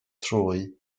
trwy